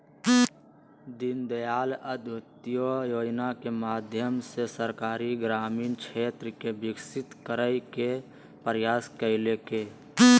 दीनदयाल अंत्योदय योजना के माध्यम से सरकार ग्रामीण क्षेत्र के विकसित करय के प्रयास कइलके